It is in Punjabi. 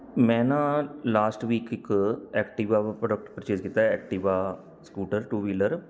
ਮੈਂ ਨਾ ਲਾਸਟ ਵੀਕ ਇੱਕ ਐਕਟੀਵਾ ਪ੍ਰੋਡਕਟ ਪਰਚੇਸ ਕੀਤਾ ਐਕਟੀਵਾ ਸਕੂਟਰ ਟੂ ਵੀਲਰ